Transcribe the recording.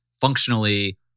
functionally